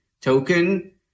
token